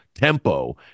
tempo